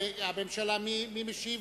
הממשלה, מי משיב?